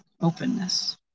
openness